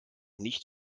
nicht